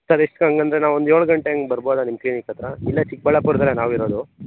sir ಎಷ್ಟು ಹಂಗಂದರೆ ನಾವೊಂದು ಏಳು ಗಂಟೆ ಹಂಗೆ ಬರ್ಬೋದ ನಿಮ್ಮ ಕ್ಲಿನಿಕ್ ಹತ್ರ ಇಲ್ಲೆ ಚಿಕ್ಕಬಳ್ಳಾಪುರದಲ್ಲೆ ನಾವಿರೋದು